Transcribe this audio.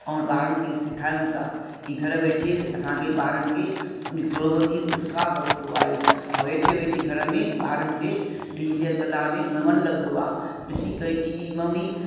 ऐं ॿारनि खे बि सिखायूं था की घरु वेठे असांखे ॿारनि खे उन थोरो वधीक उत्साह वधंदो आहे ऐं वेठे वेठे घर में ॿारनि खे डिजीटल कला में मनु लॻंदो आहे ॾिसी करे टीवी मां बि